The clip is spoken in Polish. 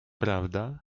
prawda